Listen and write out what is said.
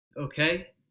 Okay